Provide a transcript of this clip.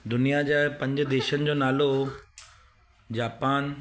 दुनिया जा पंज देशनि जो नालो जापान